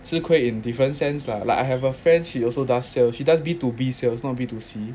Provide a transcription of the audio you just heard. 吃亏 in different sense lah like I have a friend she also does sales she does B to B sales not B to C